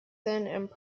follow